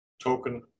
token